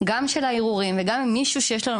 גם של הערעורים וגם אם מישהו שיש לו,